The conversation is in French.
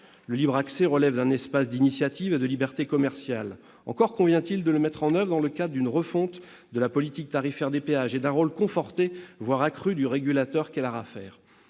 Le libre accès relève d'un espace d'initiative et de liberté commerciale. Encore convient-il de le mettre en oeuvre dans le cadre d'une refonte de la politique tarifaire des péages et d'un rôle conforté, voire accru, du régulateur qu'est l'ARAFER.